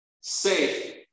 safe